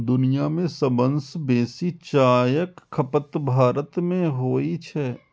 दुनिया मे सबसं बेसी चायक खपत भारत मे होइ छै